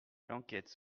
l’enquête